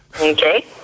Okay